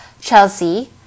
chelsea